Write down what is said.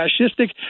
fascistic